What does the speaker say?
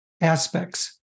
aspects